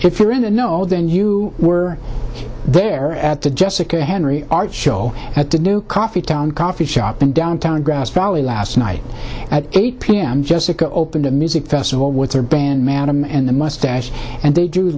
if you're in the know then you were there at the jessica henry art show at the new coffee town coffee shop in downtown grass valley last night at eight p m jessica opened a music festival with her band man and the mustache and they d